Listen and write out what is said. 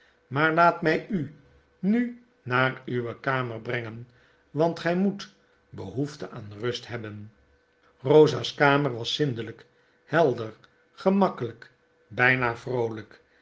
maar laat mij u nu naar uwe kamer brengen want gy moet behoefte aan rust hebben rosa's kamer was zindelyk helder gemakkelyk bijna vroolijk